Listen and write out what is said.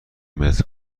متر